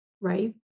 right